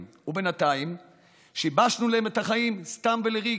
ובינתיים שיבשנו להם את החיים סתם ולריק,